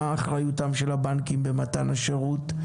מה אחריותם של הבנקים במתן השירות,